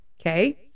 Okay